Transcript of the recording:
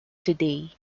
today